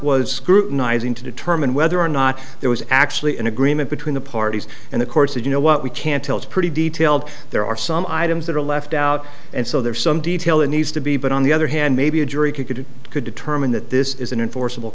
was scrutinizing to determine whether or not there was actually an agreement between the parties and the courts and you know what we can tell it's pretty detailed there are some items that are left out and so there are some detail that needs to be but on the other hand maybe a jury could could determine that this is an enforceable